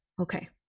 okay